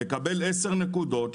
לקבל עשר נקודות,